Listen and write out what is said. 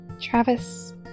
Travis